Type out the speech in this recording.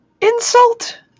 Insult